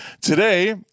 Today